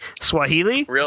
Swahili